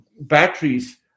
batteries